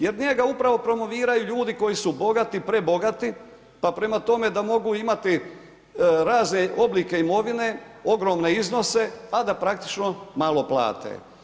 Jer njega upravo promoviraju ljudi koji su bogati, prebogati, pa prema tome, da mogu imati razne oblike imovine, ogromne iznose, a da praktično malo plate.